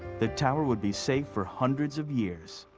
the tower would be safe for hundreds of years.